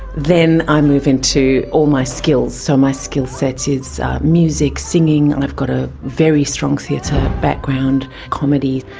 then i move into all my skills, so my skill set is music, singing, i've got a very strong theatre background, comedy,